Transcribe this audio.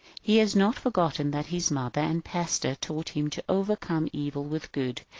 he has not forgotten that his mother and pastor taught him to overcome evil with good.